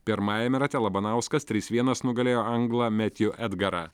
pirmajame rate labanauskas trys vienas nugalėjo anglą metju edgarą